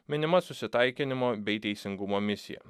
minima susitaikinimo bei teisingumo misija